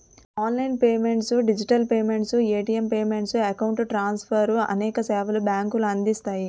online payments digital payments, ATM payments, account transfer అనేక సేవలు బ్యాంకులు అందిస్తాయి